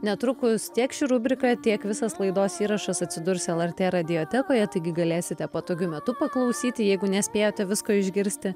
netrukus tiek ši rubrika tiek visas laidos įrašas atsidurs lrt radiotekoje taigi galėsite patogiu metu paklausyti jeigu nespėjote visko išgirsti